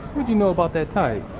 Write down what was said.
what you know about that tight.